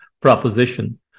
proposition